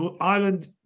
Ireland